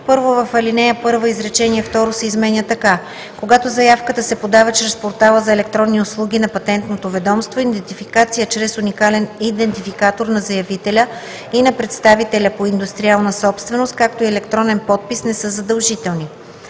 „1. В ал. 1 изречение второ се изменя така: „Когато заявката се подава чрез портала за електронни услуги на Патентното ведомство, идентификация чрез уникален идентификатор на заявителя и на представителя по индустриална собственост, както и електронен подпис не са задължителни.“.